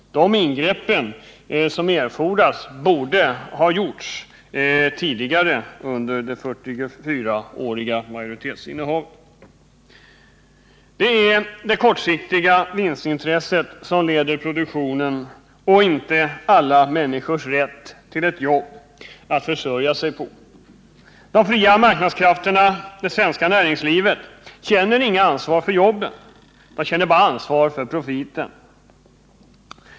De ingrepp som erfordras borde ha gjorts tidigare — under det 44-åriga majoritetsinnehavet. Det är det kortsiktiga vinstintresset som leder produktionen och inte kravet på alla människors rätt till ett jobb att försörja sig på. De fria marknadskrafterna — det svenska näringslivet — känner inget ansvar för jobben. De känner bara ansvar för profiterna.